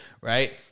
right